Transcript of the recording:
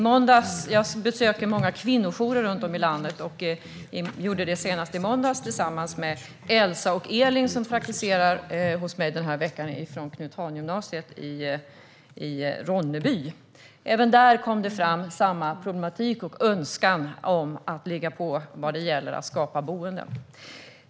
Jag besöker många kvinnojourer runt om i landet och gjorde det senast i måndags tillsammans med Elsa och Elin från Gymnasieskolan Knut Hahn i Ronneby som praktiserar hos mig den här veckan. Även då framkom problematiken och önskan om att ligga på vad gäller att skapa boenden.